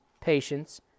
patience